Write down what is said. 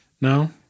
No